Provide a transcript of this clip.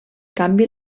canvi